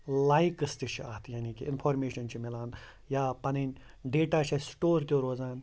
likes تہِ چھِ اَتھ یعنی کہِ اِنفارمیشَن چھِ میلان یا پَنٕنۍ ڈیٹا چھِ اَسہِ سٹور تہِ روزان